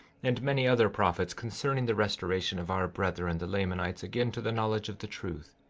and many other prophets, concerning the restoration of our brethren, the lamanites, again to the knowledge of the truth